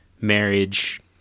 marriage